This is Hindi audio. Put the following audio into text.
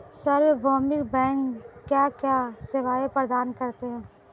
सार्वभौमिक बैंक क्या क्या सेवाएं प्रदान करते हैं?